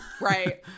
Right